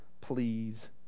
Please